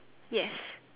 yes